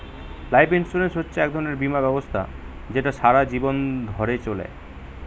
life insurance হচ্ছে এক ধরনের বীমা ব্যবস্থা যেটা সারা জীবন ধরে চলে